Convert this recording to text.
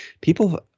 people